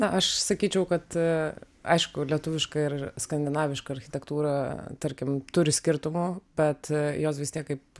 na aš sakyčiau kad aišku lietuviška ir skandinaviška architektūra tarkim turi skirtumų bet jos vis tiek kaip